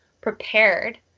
prepared